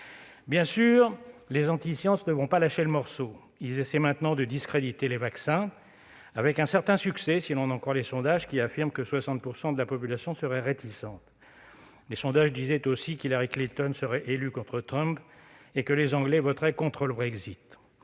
Bien sûr les anti-science ne vont pas lâcher le morceau. Ils essaient maintenant de discréditer les vaccins, avec un certain succès si l'on en croit les sondages, qui affirment que 60 % de la population serait réticente. Les sondages disaient aussi qu'Hillary Clinton serait élue contre Trump et que les Anglais voteraient contre le Brexit